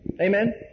Amen